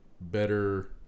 better